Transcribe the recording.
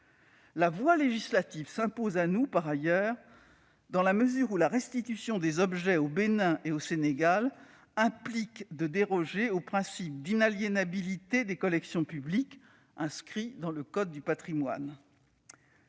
La voie législative s'impose à nous, par ailleurs, dans la mesure où la restitution des objets au Bénin et au Sénégal implique de déroger au principe d'inaliénabilité des collections publiques, inscrit dans le code du patrimoine.